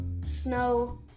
snow